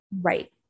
Right